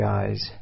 eyes